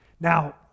Now